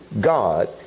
God